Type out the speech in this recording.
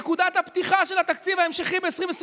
נקודת הפתיחה של התקציב ההמשכי ב-2021